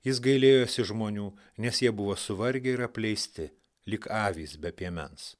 jis gailėjosi žmonių nes jie buvo suvargę ir apleisti lyg avys be piemens